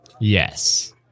Yes